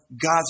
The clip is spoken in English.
God's